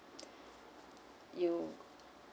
you